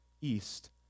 east